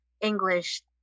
English